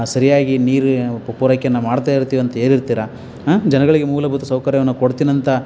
ಸರಿಯಾಗಿ ನೀರು ಪೂರೈಕೆಯನ್ನು ಮಾಡ್ತಾ ಇರ್ತೀವಿ ಅಂತ ಹೇಳಿರ್ತೀರ ಆಂ ಜನಗಳಿಗೆ ಮೂಲಭೂತ ಸೌಕರ್ಯವನ್ನು ಕೊಡ್ತೀನಂತ